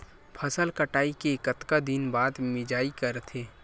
फसल कटाई के कतका दिन बाद मिजाई करथे?